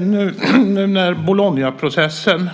Nu när Bolognaprocessen